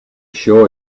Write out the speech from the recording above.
sure